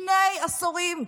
שני עשורים.